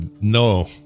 No